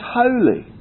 holy